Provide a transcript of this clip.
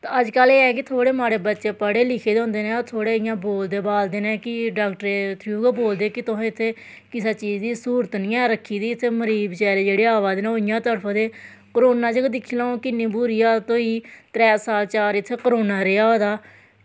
ते अज कल एह् ऐ कि बच्चे पढ़े लिखे दे होंदे नै और थोह्ड़े इ'यां बोलदे बालदे नै कि डाक्टरै थरू गै बोलदे कि तुसैं इत्थें किसै चीज दी स्हूलत निं ऐ रक्खी दी इत्थें मरीज जेह्ड़े अवा दे इ'यां गै तड़फा दे करोना च गै दिक्खी लैमा किन्नी बुरी हालत होई त्रै साल चार इत्थें करोनां रेहा होए दा